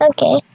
Okay